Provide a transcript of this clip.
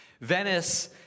Venice